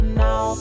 now